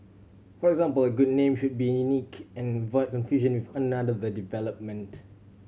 for example a good name should be unique and avoid confusion with another development